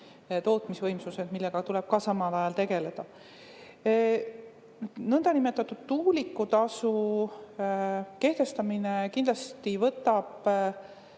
tootmisvõimsused, millega tuleb ka samal ajal tegeleda. Niinimetatud tuulikutasu kehtestamine võtab